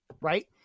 Right